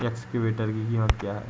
Excavator की कीमत क्या है?